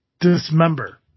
dismember